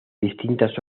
distintas